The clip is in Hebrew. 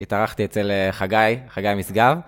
התארחתי אצל חגי, חגי משגב